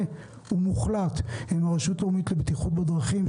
ומוחלט עם הרשות הלאומית לבטיחות בדרכים,